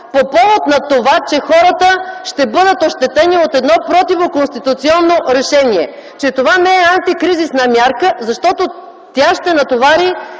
по повод на това, че хората ще бъдат ощетени от едно противоконституционно решение, че това не е антикризисна мярка, защото тя ще натовари